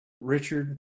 Richard